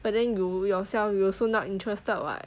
but then you yourself you also not interested [what]